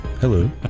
Hello